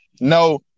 No